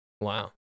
Wow